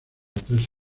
tres